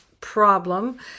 problem